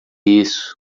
isso